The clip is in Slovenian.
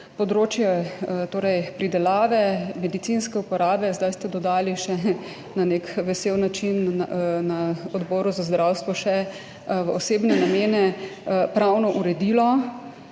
torej pridelave, medicinske uporabe, zdaj ste dodali še na nek vesel način na Odboru za zdravstvo še v osebne namene pravno uredilo.